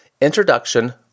Introduction